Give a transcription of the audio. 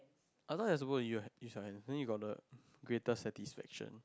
I thought is go and use your hand use your hand then you got the greatest satisfaction